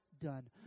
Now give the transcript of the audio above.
done